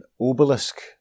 obelisk